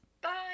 bye